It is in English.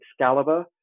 Excalibur